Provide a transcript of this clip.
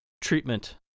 treatment